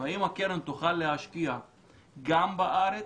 האם הקרן תוכל להשקיע גם בארץ.